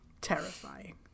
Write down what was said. Terrifying